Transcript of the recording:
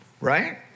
Right